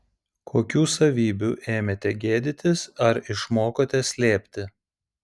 kokių savybių ėmėte gėdytis ar išmokote slėpti